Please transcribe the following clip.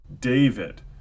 David